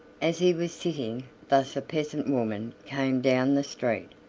as he was sitting thus a peasant woman came down the street,